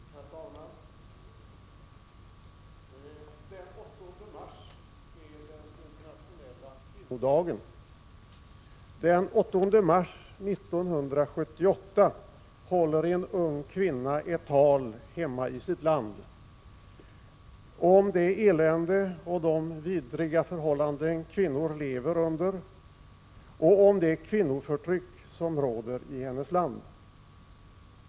Herr talman! Den 8 mars är den internationella kvinnodagen. Den 8 mars 1978 håller en ung kvinna ett tal hemma i sitt land om det elände och de vidriga förhållanden kvinnor lever under och om det kvinnoförtryck som råder i hennes land.